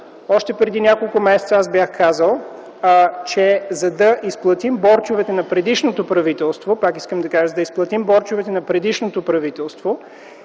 Още преди няколко месеца аз бях казал, че за да изплатим борчовете на предишното правителство,